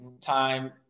time